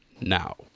now